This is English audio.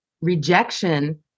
rejection